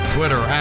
Twitter